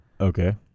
Okay